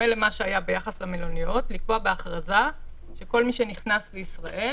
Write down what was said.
שכל מי שנכנס לישראל